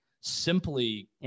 simply